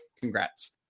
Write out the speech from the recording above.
congrats